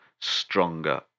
stronger